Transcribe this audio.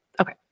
Okay